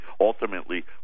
ultimately